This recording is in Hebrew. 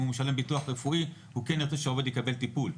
אם הוא משלם ביטוח רפואי הוא כן ירצה שהעובד יקבל טיפול.